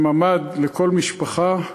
ממ"ד לכל משפחה,